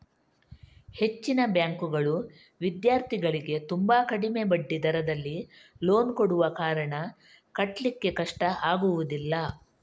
ಹೆಚ್ಚಿನ ಬ್ಯಾಂಕುಗಳು ವಿದ್ಯಾರ್ಥಿಗಳಿಗೆ ತುಂಬಾ ಕಡಿಮೆ ಬಡ್ಡಿ ದರದಲ್ಲಿ ಲೋನ್ ಕೊಡುವ ಕಾರಣ ಕಟ್ಲಿಕ್ಕೆ ಕಷ್ಟ ಆಗುದಿಲ್ಲ